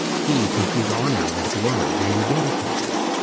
he to whose honour and glory they were dedicated.